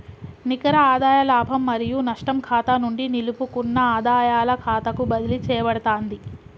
నికర ఆదాయ లాభం మరియు నష్టం ఖాతా నుండి నిలుపుకున్న ఆదాయాల ఖాతాకు బదిలీ చేయబడతాంది